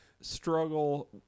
struggle